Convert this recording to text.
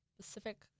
Specific